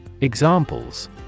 Examples